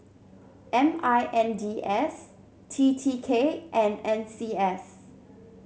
M I N D S T T K and N C S